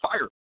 fire